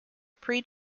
pre